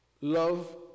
love